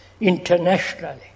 internationally